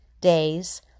days